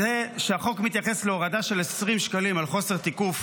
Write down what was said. זה שהחוק מתייחס להורדה של 20 שקלים על חוסר תיקוף,